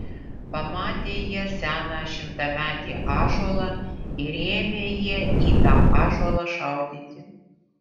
pamatė jie seną šimtametį ąžuolą ir ėmė jie į tą ąžuolą šaudyti